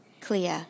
Clea